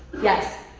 yes?